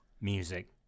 music